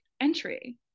entry